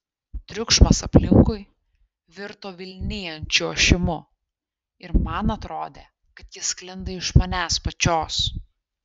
triukšmas aplinkui virto vilnijančiu ošimu ir man atrodė kad jis sklinda iš manęs pačios